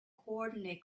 coordinate